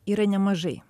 yra nemažai